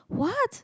what